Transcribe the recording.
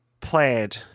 played